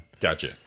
Gotcha